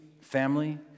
Family